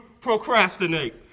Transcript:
procrastinate